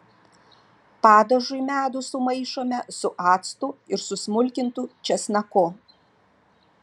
padažui medų sumaišome su actu ir susmulkintu česnaku